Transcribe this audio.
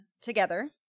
together